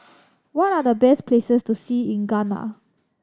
what are the best places to see in Ghana